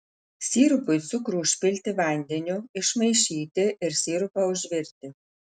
sirupui cukrų užpilti vandeniu išmaišyti ir sirupą užvirti